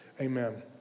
Amen